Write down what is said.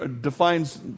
defines